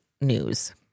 News